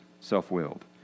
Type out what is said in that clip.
self-willed